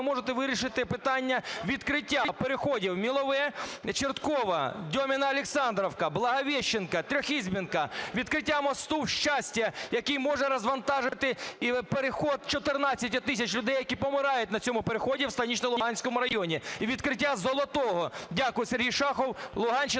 ви можете вирішити питання відкриття переходів "Мілове – Чорткове", "Дьоміно-Олександрівка", "Благовіщенка", "Треьохізбенка", відкриття мосту в Щасті, який може розвантажити перехід 14 тисяч людей, які помирають на цьому переході в Станично-Луганському районі. І відкриття "Золотого". Дякую. Сергій Шахов, Луганщина,